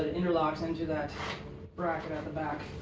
ah interlocks into that bracket at the back.